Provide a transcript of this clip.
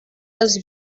das